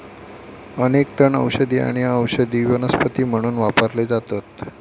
अनेक तण औषधी आणि औषधी वनस्पती म्हणून वापरले जातत